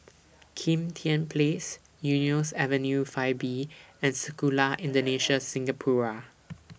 Kim Tian Place Eunos Avenue five B and Sekolah Indonesia Singapura